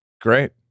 Great